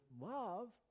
love